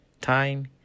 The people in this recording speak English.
time